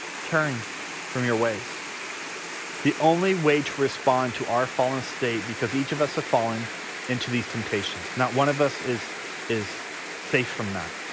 turn from your ways the only way to respond to our fallen state because each of us have fallen into these temptations not one of us is is safe from that.